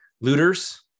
looters